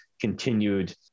continued